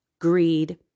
greed